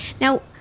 Now